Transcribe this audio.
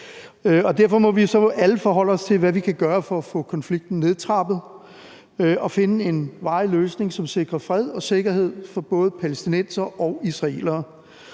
Derfor må vi alle forholde os til, hvad vi kan gøre, for at få konflikten nedtrappet og finde en varig løsning, som sikrer fred og sikkerhed for både palæstinensere og israelere.